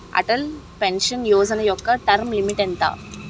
Atal pension Yojana యెక్క term limit ఎంత?